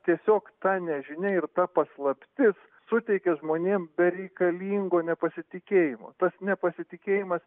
tiesiog ta nežinia ir ta paslaptis suteikia žmonėm bereikalingo nepasitikėjimo tas nepasitikėjimas